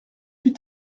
plus